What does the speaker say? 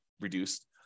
reduced